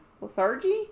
lethargy